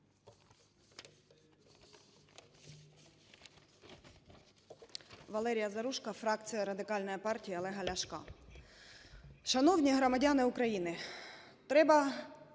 Валерія Заружко, фракція Радикальної партії Олега Ляшка. Шановні громадяни України, треба